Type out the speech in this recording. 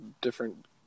different